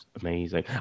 amazing